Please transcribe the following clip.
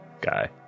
guy